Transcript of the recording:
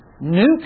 new